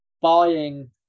buying